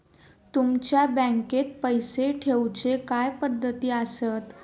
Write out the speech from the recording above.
तुमच्या बँकेत पैसे ठेऊचे काय पद्धती आसत?